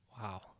Wow